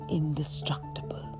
indestructible